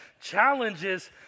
challenges